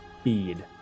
speed